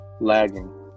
lagging